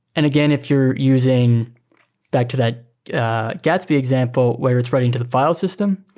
and again, if you're using back to that gatsby example where it's writing to the file system,